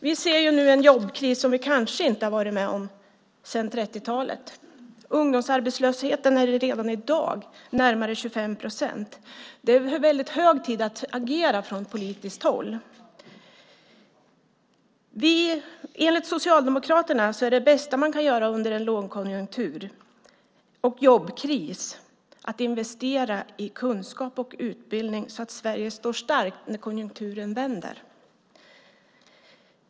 Vi ser nu en jobbkris som vi kanske inte har varit med om sedan 30-talet. Ungdomsarbetslösheten är redan i dag närmare 25 procent. Det är hög tid att agera från politiskt håll. Enligt Socialdemokraterna är det bästa man kan göra under en lågkonjunktur och jobbkris att investera i kunskap och utbildning, så att Sverige står starkt när konjunkturen vänder.